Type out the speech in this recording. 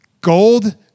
Gold